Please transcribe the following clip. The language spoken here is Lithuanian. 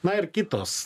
na ir kitos